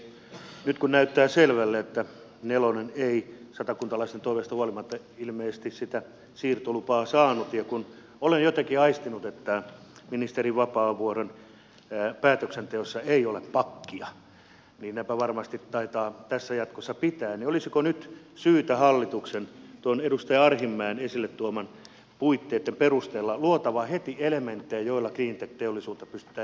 nyt kun näyttää selvälle että nelonen ei satakuntalaisten toiveista huolimatta ilmeisesti sitä siirtolupaa saanut ja kun olen jotenkin aistinut että ministeri vapaavuoren päätöksenteossa ei ole pakkia ne päätökset taitavat varmasti tässä jatkossa pitää niin olisiko nyt hallituksen tuon edustaja arhinmäen esille tuomien puitteitten perusteella luotava heti elementtejä joilla cleantech teollisuutta pystytään edistämään